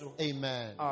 Amen